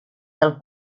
del